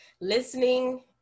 Listening